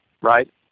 right